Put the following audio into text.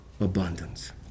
abundance